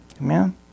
Amen